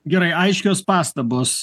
gerai aiškios pastabos